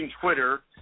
Twitter